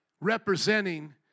Representing